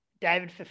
David